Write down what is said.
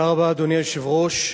אדוני היושב-ראש,